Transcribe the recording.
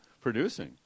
producing